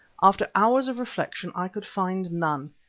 after hours of reflection i could find none.